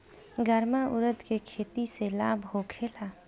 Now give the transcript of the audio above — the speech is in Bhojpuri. गर्मा उरद के खेती से लाभ होखे ला?